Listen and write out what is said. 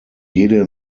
jede